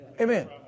Amen